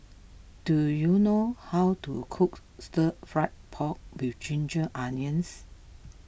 do you know how to cook Stir Fried Pork with Ginger Onions